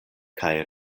kaj